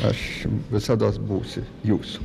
aš jum visados būsiu jūsų